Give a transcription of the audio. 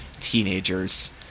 teenagers